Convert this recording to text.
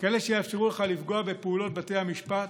כאלה שיאפשרו לך לפגוע בפעולות בתי המשפט.